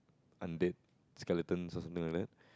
undead skeleton or something like that